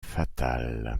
fatal